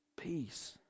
peace